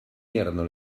erano